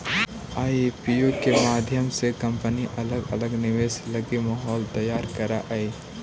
IPO के माध्यम से अलग अलग कंपनि निवेश लगी माहौल तैयार करऽ हई